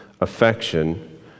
affection